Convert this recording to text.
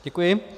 Děkuji.